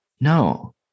no